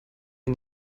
sie